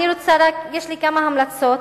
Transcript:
יש לי כמה המלצות.